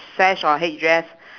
sash or headdress